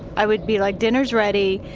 i would be like dinner's ready,